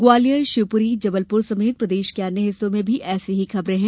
ग्वालियर शिवपुरी जबलपुर समेत प्रदेश के अन्य हिस्सों से भी ऐसी ही खबरे हैं